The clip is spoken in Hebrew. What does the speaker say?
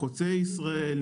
חוצה ישראל,